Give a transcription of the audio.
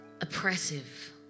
Oppressive